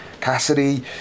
Cassidy